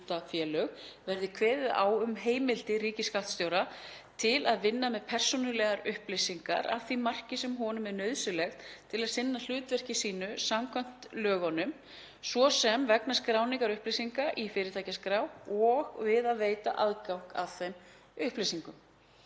verði kveðið á um heimildir ríkisskattstjóra til að vinna með persónulegar upplýsingar að því marki sem honum er það nauðsynlegt til að sinna hlutverki sínu samkvæmt lögunum, svo sem vegna skráningar upplýsinga í fyrirtækjaskrá og við að veita aðgang að þeim upplýsingum.